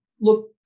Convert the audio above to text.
look